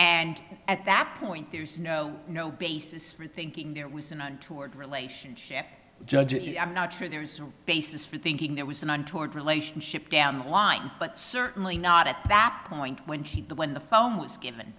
and at that point there's no no basis for thinking there was an untoward relationship judge i'm not sure there's a basis for thinking there was an untoward relationship down the line but certainly not at that point when keep the when the phone was given